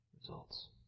results